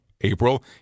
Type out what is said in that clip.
April